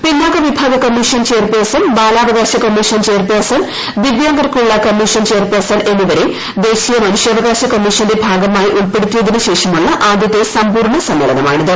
പിന്നാക്ക വിഭാഗ commission chairperson ബാലാവകാശ കമ്മീഷൻ ചെയർ പേഴ്സൺ ദിവ്യാംഗർക്കുള്ള കമ്മീഷൻ ചെയർപേഴ്സൺ എന്നിവരെ ദേശീയ മനുഷ്യാവകാശ കമ്മീഷന്റെ ഭാഗമായി ഉൾപ്പെടുത്തിയതിനു ശേഷമുള്ള ആദ്യത്തെ സമ്പൂർണ സമ്മേളനമാണിത്